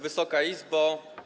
Wysoka Izbo!